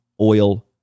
oil